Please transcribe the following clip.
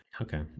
Okay